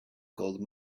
gold